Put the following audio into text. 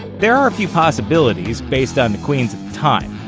there are a few possibilities, based on the queens of the time.